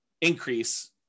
increase